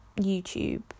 YouTube